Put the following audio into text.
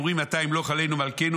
ואומרים: "מתי ימלוך עלינו מלכנו,